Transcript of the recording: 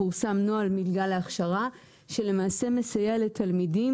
פורסם נוהל מילגה להכשרה שלמעשה מסייע לתלמידים